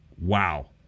wow